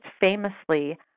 famously